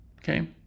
Okay